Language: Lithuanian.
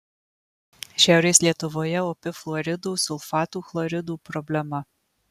šiaurės lietuvoje opi fluoridų sulfatų chloridų problema